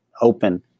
open